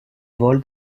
vol